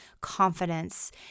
confidence